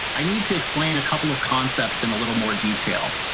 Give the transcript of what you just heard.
i need to explain a couple of concepts in a little more detail.